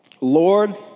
Lord